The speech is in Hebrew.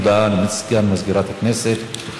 הודעה לסגן מזכירת הכנסת.